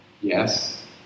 Yes